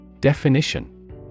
Definition